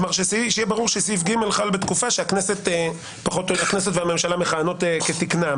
כלומר שיהיה בסוף שסעיף (ג) לך בתקופה שהכנסת והממשלה מכהנות כתקנן.